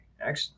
excellent